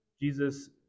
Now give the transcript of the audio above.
Jesus